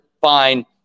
Fine